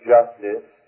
Justice